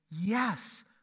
yes